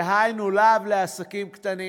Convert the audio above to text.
דהיינו "להב" לעסקים קטנים,